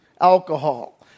alcohol